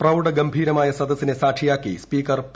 പ്രൌഡഗംഭീരമായ സദസിനെ സാക്ഷിയാക്കി speaker P